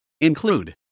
include